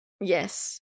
Yes